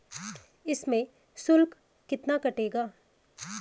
इसमें शुल्क कितना कटेगा?